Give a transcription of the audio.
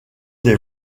des